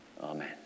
Amen